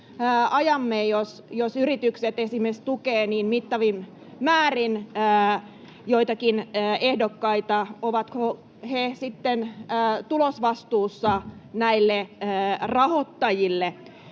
yritykset tukevat niin mittavin määrin joitakin ehdokkaita. Ovatko he sitten tulosvastuussa näille rahoittajille?